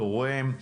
תורם.